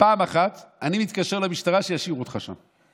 פעם אחת, אני מתקשר למשטרה שישאירו אותך שם.